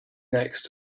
next